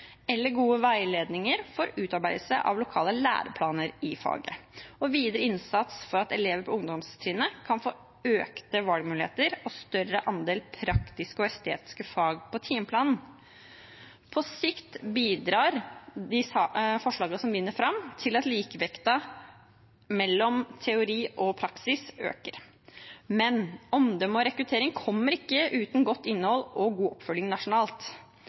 gode veiledninger for utarbeidelse av lokale læreplaner i faget eller videre innsats for at elever på ungdomstrinnet kan få økte valgmuligheter og større andel praktiske og estetiske fag på timeplanen. På sikt bidrar de forslagene som vinner fram, til at likevekten mellom teori og praksis øker, men omdømme og rekruttering kommer ikke uten godt innhold og god oppfølging nasjonalt.